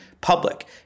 public